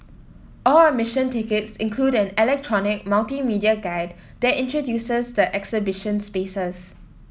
all admission tickets include an electronic multimedia guide that introduces the exhibition spaces